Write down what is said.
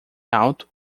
alto